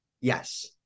Yes